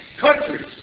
countries